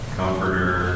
comforter